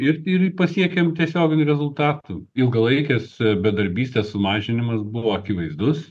ir ir pasiekėm tiesioginių rezultatų ilgalaikės bedarbystės sumažinimas buvo akivaizdus